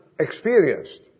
experienced